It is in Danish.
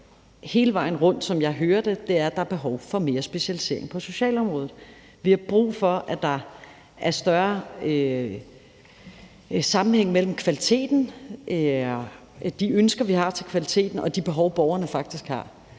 hele vejen rundt, som jeg hører det, er, at der er behov for mere specialisering på socialområdet. Vi har brug for, at der er større sammenhæng mellem kvaliteten, de ønsker, vi har til kvaliteten, og de behov, borgerne faktisk har.